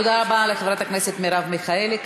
תודה רבה לחברת הכנסת מרב מיכאלי.